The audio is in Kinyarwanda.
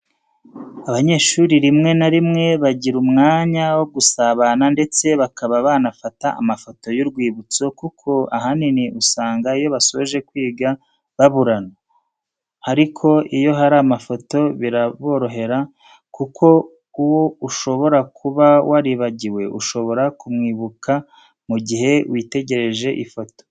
Abanyeshuri rimwe na rimwe bagira umwanya wo gusabana ndetse bakaba banafata amafoto y'urwibutso kuko ahanini usanga iyo basoje kwiga baburana. Ariko iyo hari amafoto biraborohera kuko uwo ushobora kuba waribagiwe ushobora kumwibuka mu gihe witegereje ya foto.